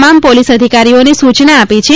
તમામ પોલીસ અધિકારીઓને સુચના આપેલી છે